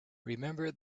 remember